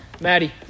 maddie